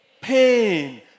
pain